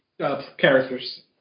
characters